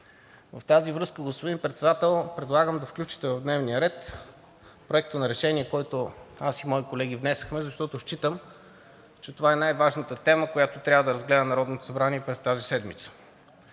В тази връзка, господин Председател, предлагам да включите в дневния ред Проекта на решение, който внесохме, защото считам, че това е най-важната тема, която трябва да разгледа Народното събрание през тази седмица.